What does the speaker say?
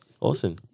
Awesome